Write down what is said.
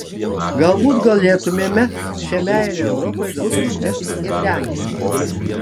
galbūt galėtumėme šia meile europai dabar uždegti ir lenkiją